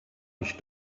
ich